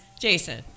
Jason